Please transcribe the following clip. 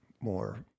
more